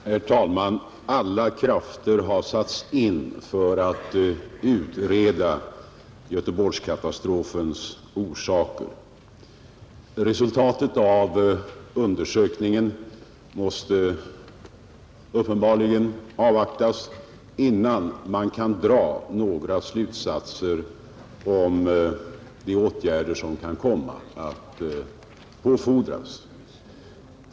Herr talman! Alla krafter har satts in för att utreda Göteborgskatastrofens orsaker. Resultatet av undersökningen måste uppenbarligen avvaktas innan man kan dra några slutsatser om de åtgärder som kan komma att påfordras.